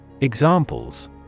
Examples